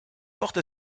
forte